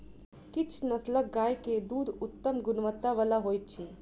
किछ नस्लक गाय के दूध उत्तम गुणवत्ता बला होइत अछि